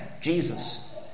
Jesus